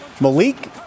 Malik